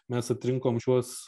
mes atrinkom šiuos